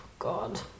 God